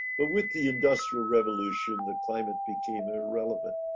but with the industrial revolution, the climate became irrelevant.